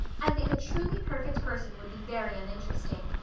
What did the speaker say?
i think a truly perfect person would be very uninteresting.